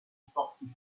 sportifs